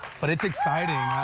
but it's exciting.